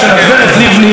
ראש הממשלה,